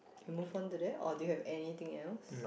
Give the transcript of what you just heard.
can move on to there or do you have anything else